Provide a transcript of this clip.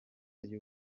y’u